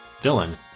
villain